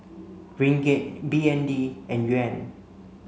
Ringgit B N D and Yuan